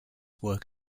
work